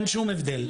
אין שום הבדל.